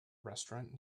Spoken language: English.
restaurant